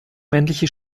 männliche